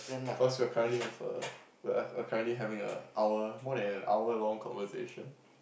cause you're currently have a err we're currently having a hour more than an hour long conversation